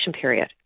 period